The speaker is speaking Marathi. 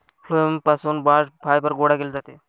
फ्लोएम पासून बास्ट फायबर गोळा केले जाते